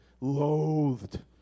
loathed